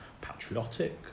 patriotic